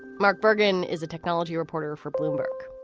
mark burgin is a technology reporter for bloomberg